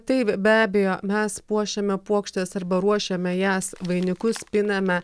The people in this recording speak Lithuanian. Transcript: taip be abejo mes puošiame puokštes arba ruošiame jas vainikus piname